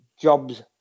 jobs